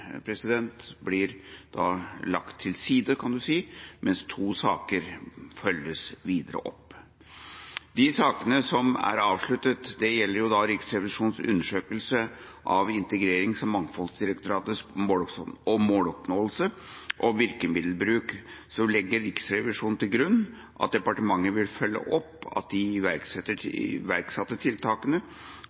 blir lagt til side, mens to saker følges opp videre. Når det gjelder Riksrevisjonens undersøkelse av Integrerings- og mangfoldsdirektoratets måloppnåelse og virkemiddelbruk, legger Riksrevisjonen til grunn at departementet vil følge opp at de iverksatte tiltakene